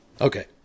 Okay